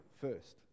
first